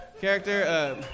Character